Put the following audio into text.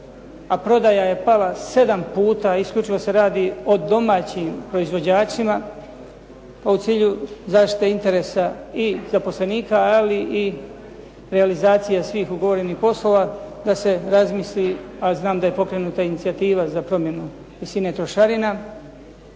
a prodaja je pala sedam puta. Isključivo se radi o domaćim proizvođačima pa u cilju zaštite interesa i zaposlenika, ali i realizacije svih ugovorenih poslova da se razmisli, a znam da je pokrenuta inicijativa za promjenu visine trošarina.